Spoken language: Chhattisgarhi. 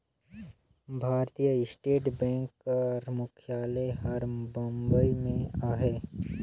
भारतीय स्टेट बेंक कर मुख्यालय हर बंबई में अहे